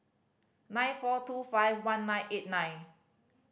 nine four two five one nine eight nine